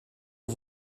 aux